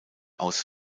aus